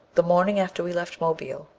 the morning after we left mobile,